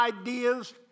ideas